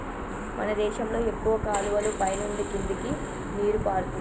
మన దేశంలో ఎక్కువ కాలువలు పైన నుండి కిందకి నీరు పారుతుంది